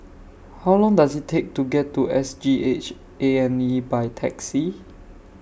How Long Does IT Take to get to S G H A and E By Taxi